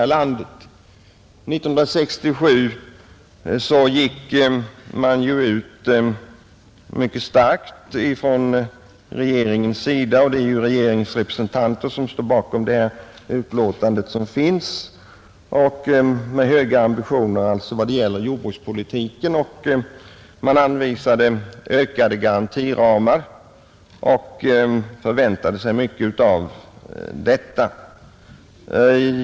År 1967 gick regeringen ut mycket hårt — det är ju representanter för regeringspartiet som också står bakom detta utskottsbetänkande — och med höga ambitioner beträffande jordbrukspolitiken; man anvisade ökade garantiramar och förväntade sig mycket av det.